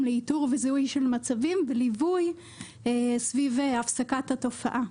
לאיתור וזיהוי של מצבים וליווי סביב הפסקת התופעה.